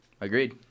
Agreed